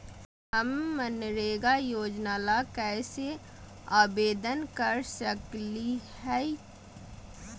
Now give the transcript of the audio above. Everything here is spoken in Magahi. हम मनरेगा योजना ला कैसे आवेदन कर सकली हई?